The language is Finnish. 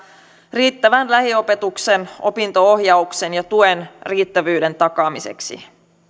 riittävän lähiopetuksen opinto ohjauksen ja tuen takaamiseksi